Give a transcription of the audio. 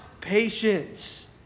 patience